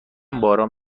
باران